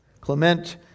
Clement